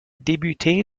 débuté